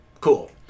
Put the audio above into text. Cool